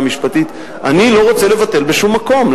המשפטית: אני לא רוצה לבטל בשום מקום.